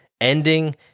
ending